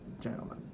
gentlemen